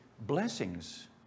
blessings